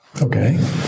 Okay